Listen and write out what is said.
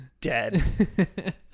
dead